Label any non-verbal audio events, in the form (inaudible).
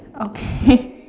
okay (laughs)